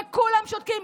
כולם שותקים.